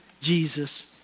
Jesus